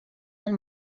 għal